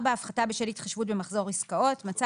הפחתה בשל התחשבות במחזור עסקאות מצא